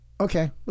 Okay